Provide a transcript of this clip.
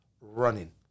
running